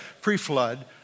pre-flood